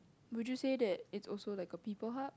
would you say that it's also like a people hub